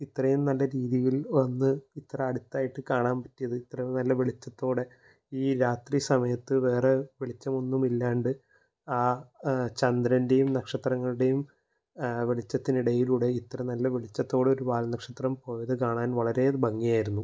ഇത്രയും നല്ല രീതിയിൽ വന്ന് ഇത്ര അടുത്തായിട്ട് കാണാൻ പറ്റിയത് ഇത്രയും നല്ല വെളിച്ചത്തോടെ ഈ രാത്രി സമയത്ത് വേറെ വെളിച്ചമൊന്നുമില്ലാണ്ട് ആ ചന്ദ്രൻ്റെയും നക്ഷത്രങ്ങളുടെയും വെളിച്ചത്തിനിടയിലൂടെ ഇത്ര നല്ല വെളിച്ചത്തോടെ ഒരു വാൽ നക്ഷത്രം പോയത് കാണാൻ വളരെ ഭംഗിയായിരുന്നു